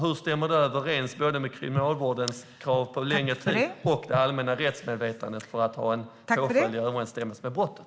Hur stämmer det överens med Kriminalvårdens krav på längre strafftider och det allmänna rättsmedvetandet som går ut på att straffet ska vara i överensstämmelse med brottet?